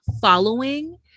following